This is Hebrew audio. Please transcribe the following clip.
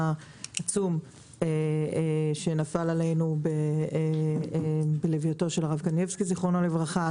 עצום שנפל עלינו בהלווייתו של הרב קנייבסקי זיכרונו לברכה.